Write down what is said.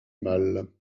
mal